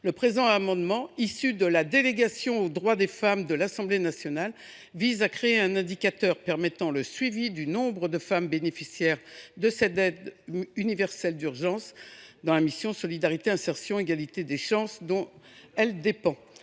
des chances entre les hommes et les femmes de l’Assemblée nationale, vise à créer un indicateur permettant le suivi du nombre de femmes bénéficiaires de cette aide universelle d’urgence dans la mission « Solidarité, insertion et égalité des chances », dont elle dépend.